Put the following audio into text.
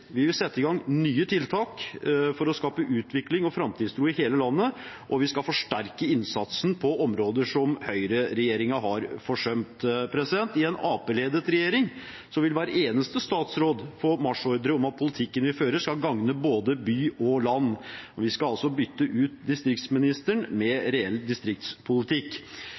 Vi vil sette i gang nye tiltak for å skape utvikling og framtidstro i hele landet, og vi skal forsterke innsatsen på områder som Høyre-regjeringen har forsømt. I en Arbeiderparti-ledet regjering vil hver eneste statsråd få marsjordre om at politikken vi fører, skal gagne både by og land. Vi skal bytte ut distriktsministeren med reell distriktspolitikk.